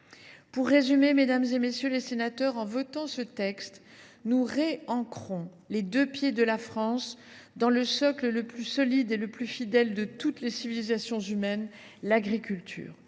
Pour résumer, mesdames, messieurs les sénateurs, en votant ce texte, nous réancrons les deux pieds de la France dans le socle le plus solide et le plus fidèle de toutes les civilisations humaines, l’agriculture.